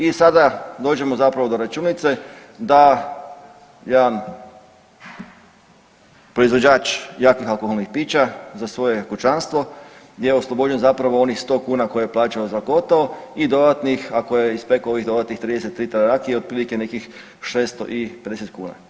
I sada dođemo zapravo do računice da jedan proizvođač jakih alkoholnih pića za svoje kućanstvo je oslobođen zapravo onih 100 kuna koje plaćao za kotao i dodatnih ako je ispekao ovih dodatnih 30 litara rakije otprilike nekih 650 kuna.